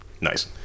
Nice